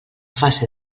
fase